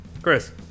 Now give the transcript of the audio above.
Chris